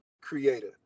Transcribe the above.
creator